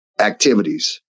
activities